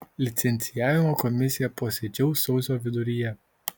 licencijavimo komisija posėdžiaus sausio viduryje